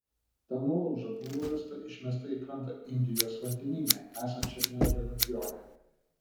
ta nuolauža buvo rasta išmesta į krantą indijos vandenyne esančiame reunjone